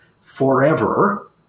forever